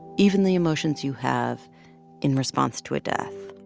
even the emotions you have in response to a death